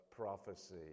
prophecy